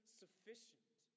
sufficient